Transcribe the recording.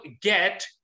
get